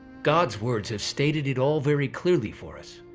god's words have stated it all very clearly for us.